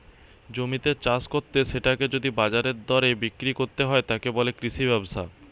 জমিতে চাষ কত্তে সেটাকে যদি বাজারের দরে বিক্রি কত্তে যায়, তাকে বলে কৃষি ব্যবসা